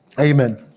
Amen